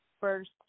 first